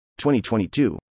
2022